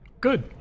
Good